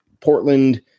Portland